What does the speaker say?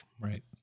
right